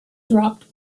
dropped